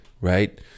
right